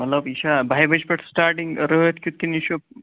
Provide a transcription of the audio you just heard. مطلب یہِ چھا بَہہِ بَجہِ پٮ۪ٹھ سِٹاٹِنٛگ راتھ کیُتھ کِنہٕ یہِ چھُ